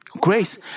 grace